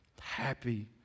happy